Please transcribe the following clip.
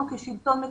אנחנו כשלטון מקומי,